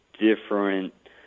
different